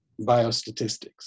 biostatistics